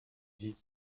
dit